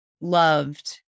loved